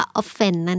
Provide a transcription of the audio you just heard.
offend